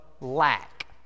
lack